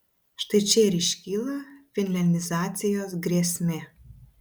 štai čia ir iškyla finliandizacijos grėsmė